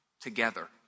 together